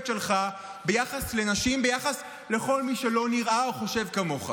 שלך ביחס לנשים וביחס לכל מי שלא נראה או חושב כמוך.